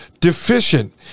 deficient